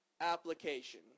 Application